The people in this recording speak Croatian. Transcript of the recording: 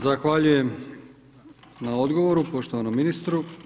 Zahvaljujem na odgovoru poštovanom ministru.